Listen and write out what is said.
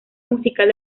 musical